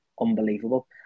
unbelievable